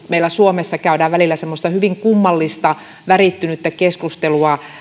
meillä suomessa välillä käydään semmoista hyvin kummallista värittynyttä keskustelua